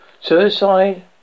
Suicide